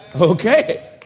Okay